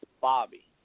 Bobby